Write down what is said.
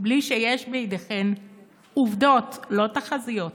בלי שיש בידיכם עובדות, לא תחזיות,